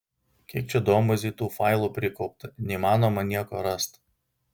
kiek čia duombazėj tų failų prikaupta neįmanoma nieko rast